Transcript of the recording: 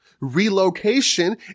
Relocation